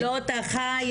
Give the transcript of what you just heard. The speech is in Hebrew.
לא דחה.